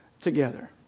together